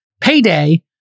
payday